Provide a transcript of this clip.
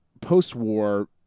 post-war